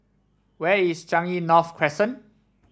where is Changi North Crescent